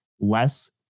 less